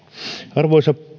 arvoisa